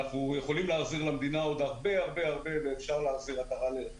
הדבר שהכי יכול כרגע לעזור להציל את הענף זו הלוואה בערבות מדינה,